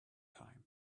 time